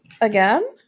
Again